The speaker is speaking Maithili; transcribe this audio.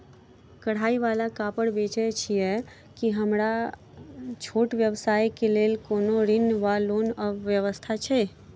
कढ़ाई वला कापड़ बेचै छीयै की हमरा छोट व्यवसाय केँ लेल कोनो ऋण वा लोन व्यवस्था छै?